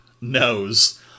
knows